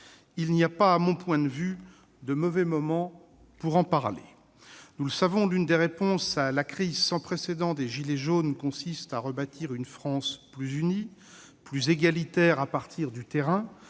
Il n'y a pas, selon moi, de mauvais moment pour en parler. Nous le savons, l'une des réponses à la crise sans précédent des « gilets jaunes » consiste à rebâtir une France plus unie et plus égalitaire à partir du terrain,